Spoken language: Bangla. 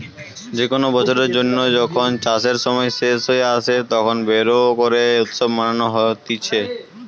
যে কোনো বছরের জন্য যখন চাষের সময় শেষ হয়ে আসে, তখন বোরো করে উৎসব মানানো হতিছে